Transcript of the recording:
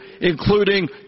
including